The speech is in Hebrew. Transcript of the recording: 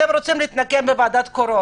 אתם רוצים להתנקם בי,